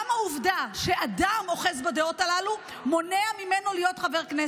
גם העובדה שאדם אוחז בדעות הללו מונע ממנו להיות חבר כנסת.